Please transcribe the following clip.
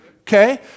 Okay